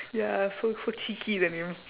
ya so so cheeky that name